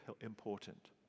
important